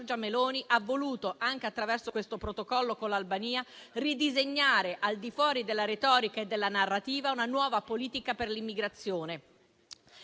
ha voluto, anche attraverso questo Protocollo con l'Albania, ridisegnare, al di fuori della retorica e della narrativa, una nuova politica per l'immigrazione.